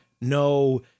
no